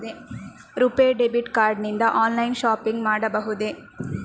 RuPay debit card ನಿಂದ online shopping ಮಾಡಬಹುದೇ?